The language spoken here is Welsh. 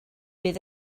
bydd